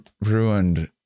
ruined